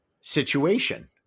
situation